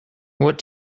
what